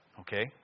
Okay